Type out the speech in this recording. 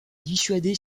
dissuader